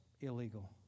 illegal